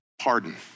pardon